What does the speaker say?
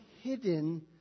hidden